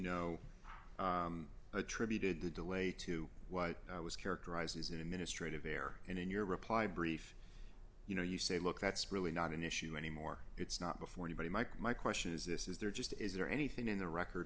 know attributed the delay to what was characterized as an administrative error and in your reply brief you know you say look that's really not an issue anymore it's not before anybody mike my question is this is there just is there anything in the record